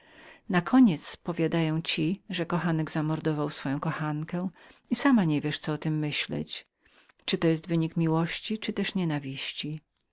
odjemnych nakoniec powiadają ci że kochanek zamordował swoją kochankę i sama niewiesz co o tem myślić czy to jest wypadek miłości czyli też nienawiści